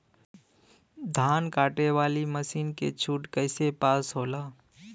धान कांटेवाली मासिन के छूट कईसे पास होला?